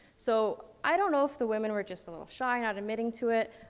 so i don't know if the women were just a little shy, not admitting to it.